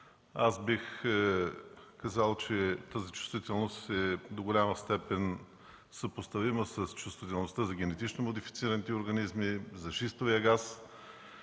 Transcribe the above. Бих казал, че тази чувствителност до голяма степен е съпоставима с чувствителността за генетично модифицираните организми, за шистовия газ.